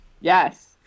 Yes